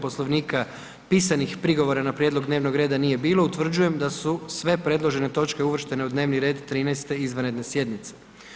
Poslovnika, pisanih prigovora na prijedlog dnevnog reda nije bilo, utvrđujem da su sve predložene točke uvrštene u dnevni red 13.-te izvanredne sjednice.